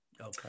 Okay